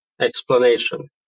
explanation